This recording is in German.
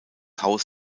haus